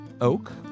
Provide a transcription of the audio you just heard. oak